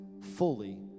fully